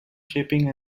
shaping